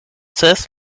ses